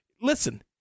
Listen